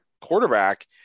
quarterback